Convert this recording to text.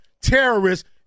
terrorists